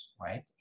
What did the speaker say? right